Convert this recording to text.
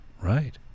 right